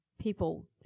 people